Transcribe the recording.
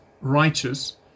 righteous